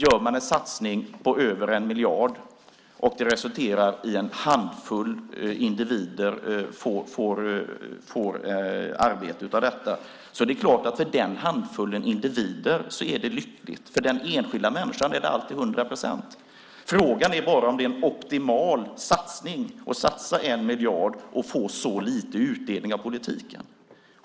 Gör man en satsning på över 1 miljard och det resulterar i att en handfull individer får arbete är det klart att det för denna handfull individer är lyckligt. För den enskilda människan är det alltid hundra procent. Frågan är bara om det är en optimal satsning att satsa 1 miljard och få så lite utdelning av politiken.